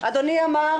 אדוני אמר